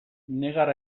negar